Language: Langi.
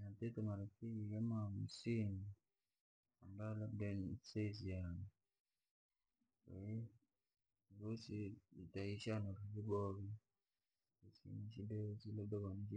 Natite marafiki kama hamsini, ambayo labda saizi yane, vosi tikishana vyaboha. Vi kusinashida yoyosi labda kono